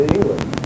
English